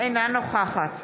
אינה נוכחת